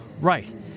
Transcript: right